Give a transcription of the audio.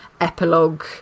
epilogue